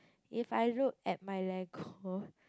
if I look at my Lego